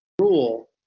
rule